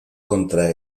contra